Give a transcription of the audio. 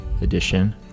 edition